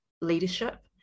leadership